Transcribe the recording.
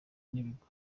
n’ibigo